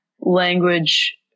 language